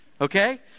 Okay